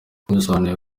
bisobanuye